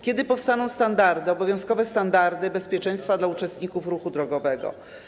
Kiedy powstaną standardy, obowiązkowe standardy bezpieczeństwa dla uczestników ruchu drogowego?